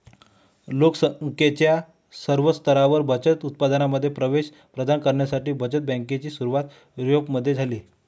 लोक संख्येच्या सर्व स्तरांवर बचत उत्पादनांमध्ये प्रवेश प्रदान करण्यासाठी बचत बँकेची सुरुवात युरोपमध्ये झाली